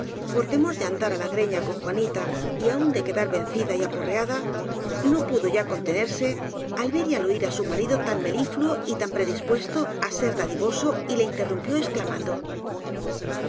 por temor de andar á la greña con juanita y aun de quedar vencida y apo rreada no pudo ya contenerse al ver y al oir á su marido tan melifluo y tan predispuesto á ser dadi voso y le interrumpió exclamando